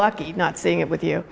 lucky not seeing it with you